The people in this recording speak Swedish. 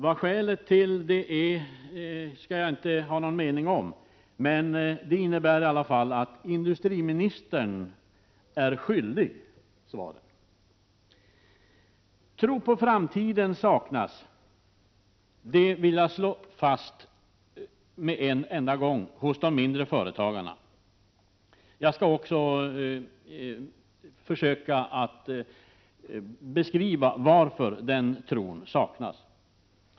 Vad skälet härtill är skall jag inte uttala någon mening om, men det innebär i alla fall att industriministern är skyldig oss svar. Jag vill från början slå fast att en tro på framtiden saknas hos de mindre företagarna. Låt mig försöka att beskriva varför den tron saknas.